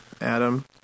Adam